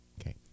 Okay